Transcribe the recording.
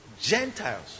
Gentiles